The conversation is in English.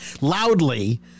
loudly